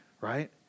Right